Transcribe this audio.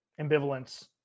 ambivalence